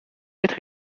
être